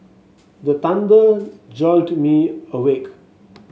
the thunder jolt me awake